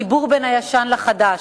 החיבור בין הישן לחדש,